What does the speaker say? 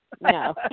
no